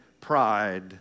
pride